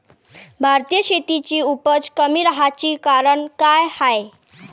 भारतीय शेतीची उपज कमी राहाची कारन का हाय?